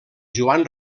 joan